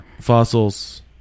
fossils